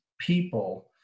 people